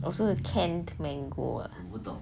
oh 是 canned mango ah